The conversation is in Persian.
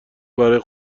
برا